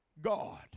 God